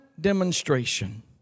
demonstration